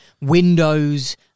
windows